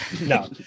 No